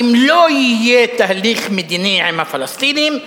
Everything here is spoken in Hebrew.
שאם לא יהיה תהליך מדיני עם הפלסטינים,